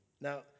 now